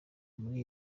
muri